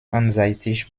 einseitig